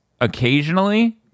occasionally